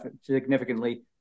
significantly